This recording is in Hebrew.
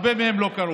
הרבה מהם לא קראו.